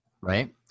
Right